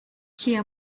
kia